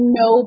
no